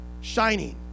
shining